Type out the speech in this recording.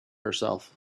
herself